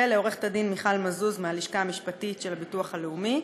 ולעו"ד מיכל מזוז מהלשכה המשפטית של הביטוח הלאומי.